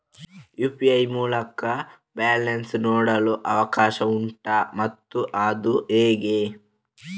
UPI ಮೂಲಕ balance ನೋಡಲು ಅವಕಾಶ ಉಂಟಾ ಮತ್ತು ಅದು ಹೇಗೆ?